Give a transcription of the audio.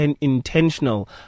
intentional